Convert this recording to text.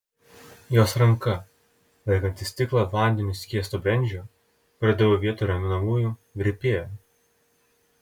jos ranka laikanti stiklą vandeniu skiesto brendžio kurio daviau vietoj raminamųjų virpėjo